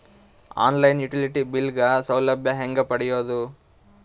On line utility bill ಗ ಸೌಲಭ್ಯ ಹೇಂಗ ಪಡೆಯೋದು?